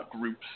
groups